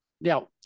Now